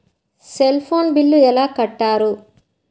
Cell phone bill ఎలా కట్టారు?